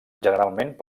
generalment